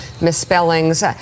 misspellings